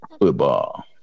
Football